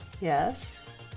Yes